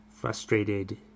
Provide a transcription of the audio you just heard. Frustrated